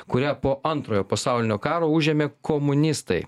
kurią po antrojo pasaulinio karo užėmė komunistai